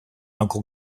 uncle